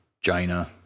Jaina